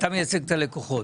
ומייצג את הלקוחות.